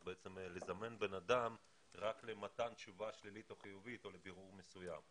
בעצם לזמן בן אדם רק למתן תשובה שלילית או חיובית או לבירור מסוים?